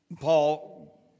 Paul